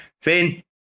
Finn